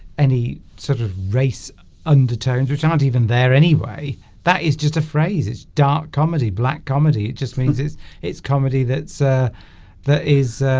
any sort of race undertones which not ah and even there anyway that is just a phrase it's dark comedy black comedy it just means is its comedy that's ah that is